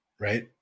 Right